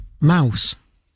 Mouse